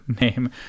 name